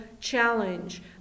challenge